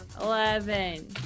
Eleven